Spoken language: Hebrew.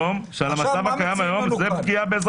זה המצב הקיים היום,